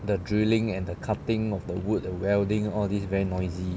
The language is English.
the drilling and the cutting of the wood the welding all these very noisy